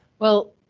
well,